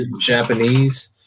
Japanese